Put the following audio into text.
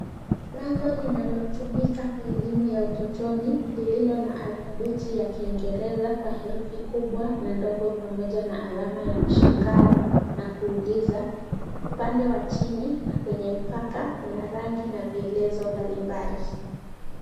Bango linalotumika kwa elimu ya utotoni, lililo na alphabet ya kingereza kwa herufi kubwa na ndogo pamoja na alama ya mshangao na kuuliza. Upande wa chini na kwenye mpaka, kuna rangi na vielezo mbalimbali.